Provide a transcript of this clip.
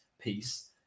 piece